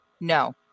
No